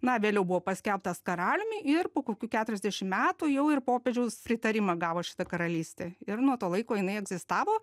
na vėliau buvo paskelbtas karaliumi ir po kokių keturiasdešim metų jau ir popiežiaus pritarimą gavo šita karalystė ir nuo to laiko jinai egzistavo